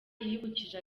yibukije